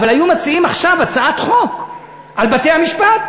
אבל היו מציעים עכשיו הצעת חוק על בתי-משפט,